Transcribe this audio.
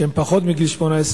שהם פחות מבני 18,